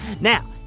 Now